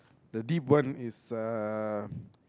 the deep one is uh